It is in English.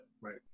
Right